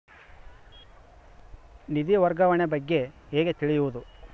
ನಿಧಿ ವರ್ಗಾವಣೆ ಬಗ್ಗೆ ಹೇಗೆ ತಿಳಿಯುವುದು?